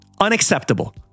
unacceptable